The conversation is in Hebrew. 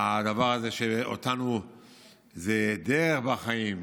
הדבר הזה שלנו זה דרך בחיים,